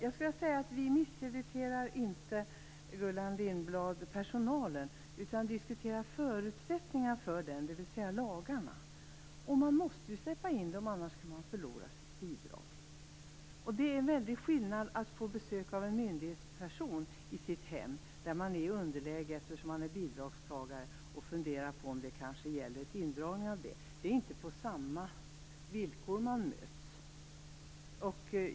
Fru talman! Vi misskrediterar inte personalen, Gullan Lindblad, utan vi diskuterar förutsättningarna för den, dvs. lagarna. Man måste släppa in dem, annars kan man förlora sitt bidrag. Det är en väldigt skillnad att få besök av en myndighetsperson i sitt hem, där man är i underläge eftersom man är bidragstagare och kanske funderar om det kanske gäller en indragning av bidraget. Det är inte på samma villkor man möts.